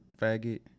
faggot